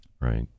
Right